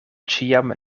ĉiam